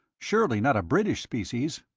surely not a british species?